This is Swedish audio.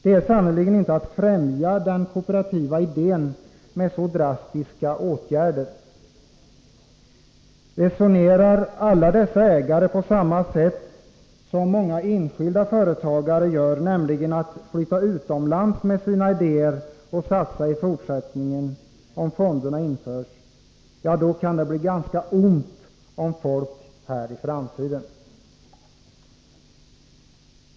Det är sannerligen inte att främja den kooperativa idén att ta till så drastiska åtgärder. Resonerar alla dessa ägare på samma sätt som många enskilda företagare — nämligen med inriktning på att flytta utomlands med sina idéer och satsa där i fortsättningen, om fonderna införs — kan det bli ganska ont om folk här i framtiden.